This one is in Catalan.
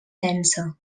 densa